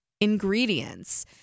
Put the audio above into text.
ingredients